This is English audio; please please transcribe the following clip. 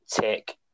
tick